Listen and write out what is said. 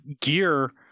gear